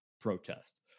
protest